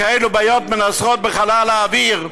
כאלה בעיות מנסרות את חלל האוויר,